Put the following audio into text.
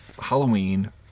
Halloween